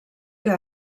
que